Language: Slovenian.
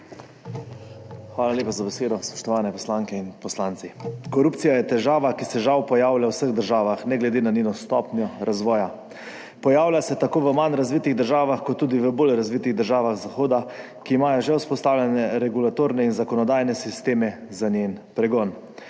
Hvala lepa za besedo. Spoštovane poslanke in poslanci! Korupcija je težava, ki se žal pojavlja v vseh državah, ne glede na stopnjo razvoja. Pojavlja se tako v manj razvitih državah kot tudi v bolj razvitih državah zahoda, ki imajo že vzpostavljene regulatorne in zakonodajne sisteme za njen pregon.